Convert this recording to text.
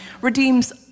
redeems